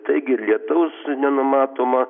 taigi ir lietaus nenumatoma